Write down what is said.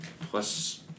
plus